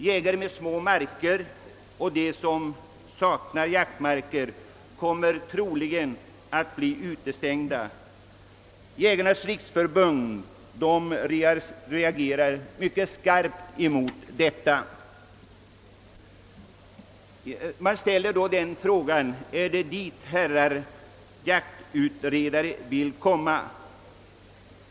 Jägare med små marker och de som saknar jaktmarker kommer troligen då att bli utestängda. Jägarnas riksförbund reagerar skarpt mot detta. Vi ställer frågan: Är det dit herrar jaktutredare vill komma?